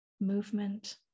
movement